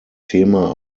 thema